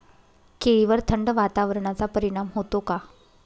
केळीवर थंड वातावरणाचा परिणाम होतो का?